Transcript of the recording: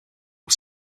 was